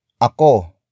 ako